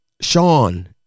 Sean